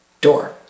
door